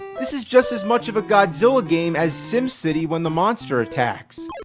this is just as much of a godzilla game as simcity when the monster attacks!